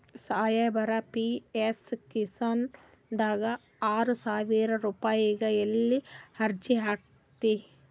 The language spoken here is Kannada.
ಸಾಹೇಬರ, ಪಿ.ಎಮ್ ಕಿಸಾನ್ ದಾಗ ಆರಸಾವಿರ ರುಪಾಯಿಗ ಎಲ್ಲಿ ಅರ್ಜಿ ಹಾಕ್ಲಿ?